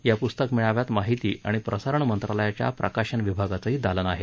या पुस्तक मेळाव्यात माहिती आणि प्रसारण मंत्रालयाच्या प्रकाशन विभागाचंही दालन आहे